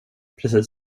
precis